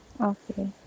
Okay